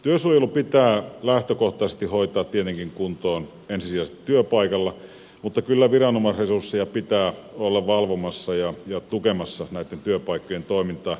työsuojelu pitää lähtökohtaisesti hoitaa tietenkin kuntoon ensisijaisesti työpaikalla mutta kyllä viranomaisresursseja pitää olla valvomassa ja tukemassa näitten työpaikkojen toimintaa